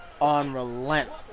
Unrelenting